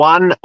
One